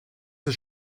ist